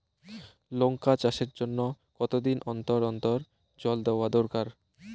লঙ্কা চাষের জন্যে কতদিন অন্তর অন্তর জল দেওয়া দরকার?